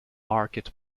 market